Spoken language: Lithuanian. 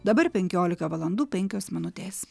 dabar penkiolika valandų penkios minutės